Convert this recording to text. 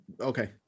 Okay